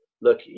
Look